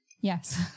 Yes